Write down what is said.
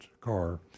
car